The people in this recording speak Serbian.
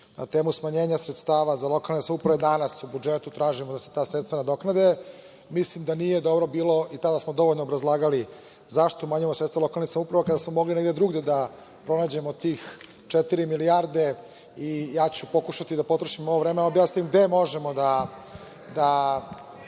na temu smanjenja sredstava za lokalne samouprave, danas u budžetu tražimo da se sredstva nadoknade. Mislim da nije dobro bilo, i tada smo dovoljno obrazlagali, zašto umanjujemo sredstva lokalne samouprave, kada smo mogli negde drugde da pronađemo tih četiri milijarde i ja ću pokušati da potrošim ovo vreme da objasnim gde možemo